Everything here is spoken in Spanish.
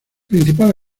principal